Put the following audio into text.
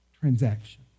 transaction